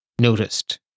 noticed